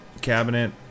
Cabinet